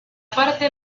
parte